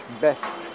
best